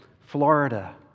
Florida